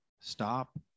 stop